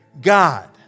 God